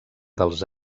dels